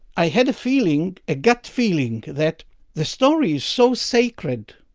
i had a feeling, a gut feeling, that the story is so sacred,